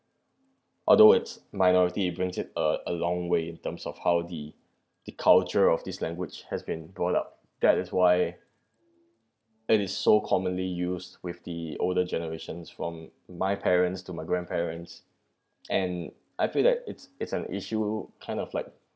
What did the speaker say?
although it's minority it brings it uh a long way in terms of how the the culture of this language has been brought up that is why it is so commonly used with the older generations from my parents to my grandparents and I feel like it's it's an issue kind of like